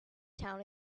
town